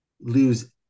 lose